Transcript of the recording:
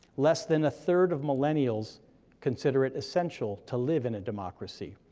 less than a third of millennials consider it essential to live in a democracy,